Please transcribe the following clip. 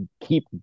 keep